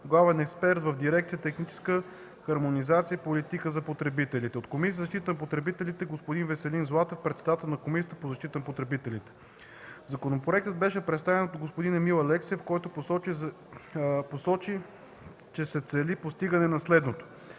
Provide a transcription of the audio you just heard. главен експерт в дирекция „Техническа хармонизация и политика за потребителите”; от Комисията за защита на потребителите: господин Веселин Златев – председател на Комисията за защита на потребителите. Законопроектът бе представен от господин Емил Алексиев, който посочи, че се цели постигане на следното: